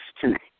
tonight